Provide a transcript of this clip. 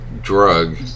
drug